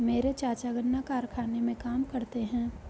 मेरे चाचा गन्ना कारखाने में काम करते हैं